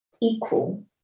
equal